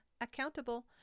accountable